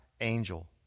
angel